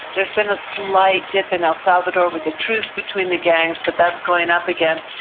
there's been a slight dip in el salvador with the truce between the gangs, but that's going up again.